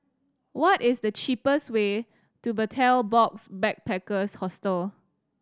what is the cheapest way to Betel Box Backpackers Hostel